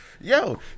Yo